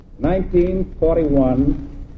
1941